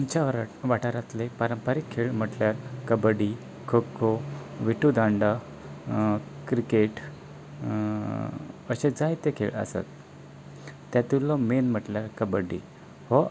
आमच्या वाठारांतले पारंपारीक खेळ म्हणल्यार कबड्डी खो खो विटू दांडा क्रिकेट अशे जायते खेळ आसात तातूंतलो मेन म्हणल्यार कबड्डी